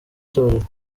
torero